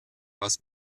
was